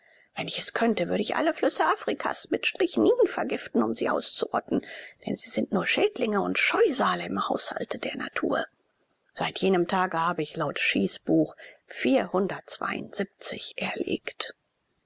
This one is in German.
wenn ich es könnte würde ich alle flüsse afrikas mit strychnin vergiften um sie auszurotten denn sie sind nur schädlinge und scheusale im haushalte der natur seit jenem tage habe ich laut schießbuch erlegt